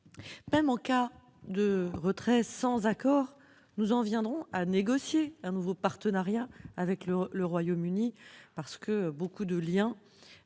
Même en cas de retrait sans accord, nous en viendrons à négocier un nouveau partenariat avec le Royaume-Uni, car nombre de liens,